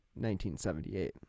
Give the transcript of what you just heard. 1978